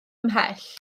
ymhell